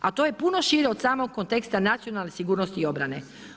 A to je puno šire od samog konteksta nacionalne sigurnosti i obrane.